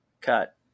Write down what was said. Cut